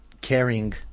caring